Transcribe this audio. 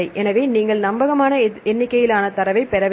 எனவே நீங்கள் நம்பகமான எண்ணிக்கையிலான தரவைப் பெற வேண்டும்